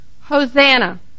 Hosanna